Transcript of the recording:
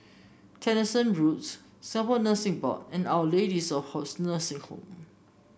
Tessensohn Road Singapore Nursing Board and Our Lady of Lourdes Nursing Home